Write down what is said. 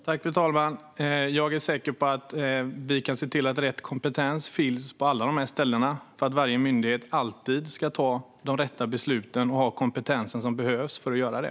Fru talman! Jag är säker på att vi kan se till att rätt kompetens finns på alla de ställena, så att varje myndighet alltid ska ta de rätta besluten och ha den kompetens som behövs för att göra det.